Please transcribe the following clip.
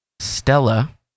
Stella